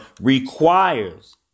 requires